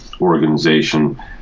organization